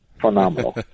Phenomenal